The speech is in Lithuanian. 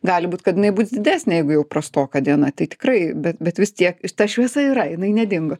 gali būt kad jinai bus didesnė jeigu jau prastoka diena tai tikrai bet bet vis tiek ta šviesa yra jinai nedingo